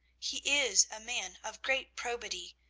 he is a man of great probity,